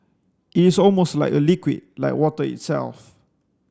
it is almost like a liquid like water itself